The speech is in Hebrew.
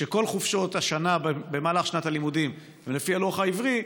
כי כל חופשות השנה במהלך שנת הלימודים הן לפי הלוח העברי,